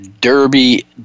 Derby